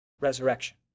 resurrection